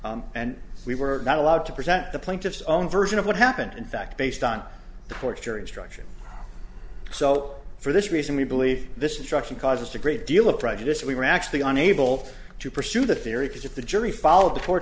instruction and we were not allowed to present the plaintiff's own version of what happened in fact based on the fourth jury instruction so for this reason we believe this instruction caused a great deal of prejudice we were actually unable to pursue the theory because if the jury followed the court